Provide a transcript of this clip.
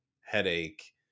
headache